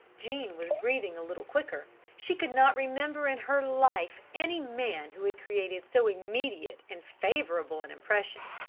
jean was breathing a little quicker. she could not remember in her life any man who had created so immediate and favourable an impression.